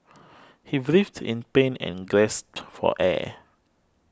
he writhed in pain and gasped for air